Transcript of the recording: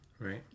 Right